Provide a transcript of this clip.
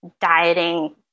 dieting